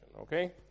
okay